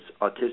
autistic